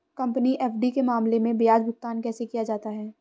Company FD के मामले में ब्याज भुगतान कैसे किया जाता है?